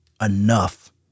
enough